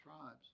tribes